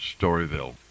Storyville